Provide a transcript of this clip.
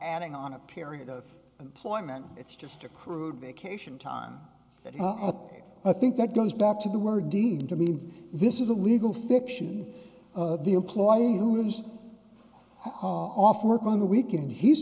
adding on a period of employment it's just accrued vacation time but i think that goes back to the word deemed to mean this is a legal fiction of the employee who lives off work on the weekend he's